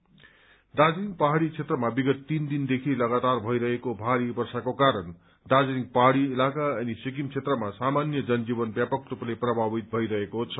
rain damage Darjeeling पहाड़ी क्षेत्रमा विगत तीन दिनदेखि लगातार भइरहेको भारी वर्षाको कारण दार्जीलिङ पहाड़ इलाका अनि सिक्किम क्षेत्रमा सामान्य जनजीवन व्यापक रूपले प्रभावित भइरहेको छ